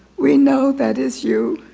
we know that is you.